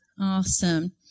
Awesome